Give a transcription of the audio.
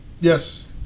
yes